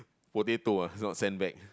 potato ah is not sandbag